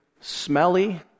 smelly